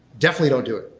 definitely don't do it,